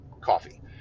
coffee